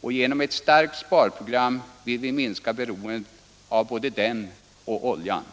och genom ett starkt sparprogram vill vi minska beroendet av både den och oljan.